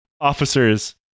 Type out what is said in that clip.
officers